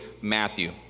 Matthew